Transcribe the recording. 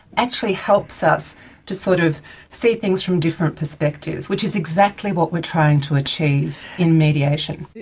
actually helps us to sort of see things from different perspectives, which is exactly what we're trying to achieve in mediation.